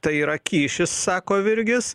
tai yra kyšis sako virgis